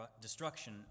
destruction